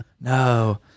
No